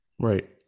right